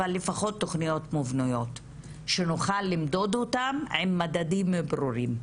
אבל לפחות תוכניות מובנות שנוכל למדוד אותן עם מדדים ברורים.